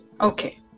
Okay